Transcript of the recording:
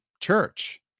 church